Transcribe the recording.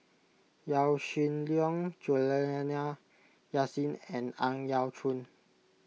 Yaw Shin Leong Juliana Yasin and Ang Yau Choon